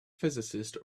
physicist